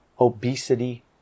obesity